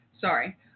Sorry